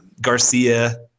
Garcia